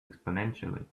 exponentially